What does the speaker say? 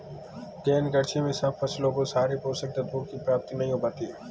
गहन कृषि में सब फसलों को सारे पोषक तत्वों की प्राप्ति नहीं हो पाती